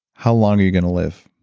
how long are you going to live?